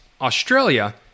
Australia